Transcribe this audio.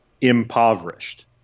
impoverished